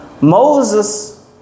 Moses